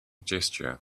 gesture